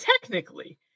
technically